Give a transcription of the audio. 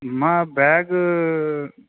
मम बेग्